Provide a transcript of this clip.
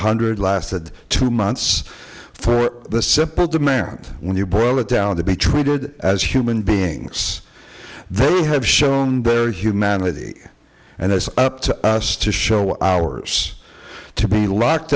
hundred lasted two months for the simple demand when you boil it down to be treated as human beings they have shown their humanity and it's up to us to show ours to be locked